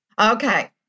Okay